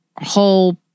whole